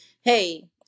hey